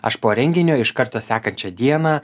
aš po renginio iš karto sekančią dieną